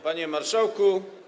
Panie Marszałku!